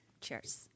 Cheers